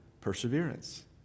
perseverance